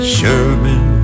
Sherman